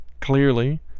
clearly